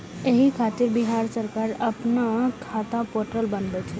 एहि खातिर बिहार सरकार अपना खाता पोर्टल बनेने छै